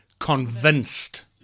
convinced